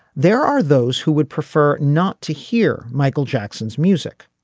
there are those who would prefer not to hear michael jackson's music.